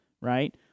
right